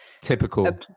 typical